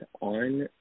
on